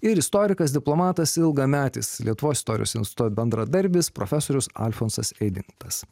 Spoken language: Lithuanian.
ir istorikas diplomatas ilgametis lietuvos istorijos instituto bendradarbis profesorius alfonsas eidintas